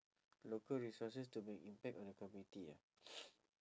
local resources to make an impact on the community ah